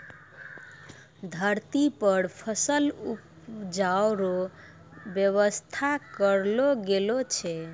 धरती पर फसल उपजाय रो व्यवस्था करलो गेलो छै